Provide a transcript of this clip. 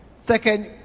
Second